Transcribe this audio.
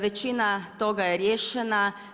Većina toga je riješena.